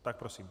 Tak prosím.